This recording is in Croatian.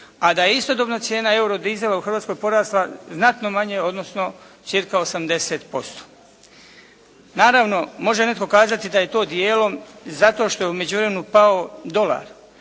a da je istodobna cijena eurodizela u Hrvatskoj porasla znatno manje odnosno cca. 80%. Naravno može netko kazati da je to dijelom zato što je u međuvremenu pao dolar,